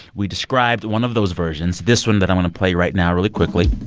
we described one of those versions this one that i want to play right now really quickly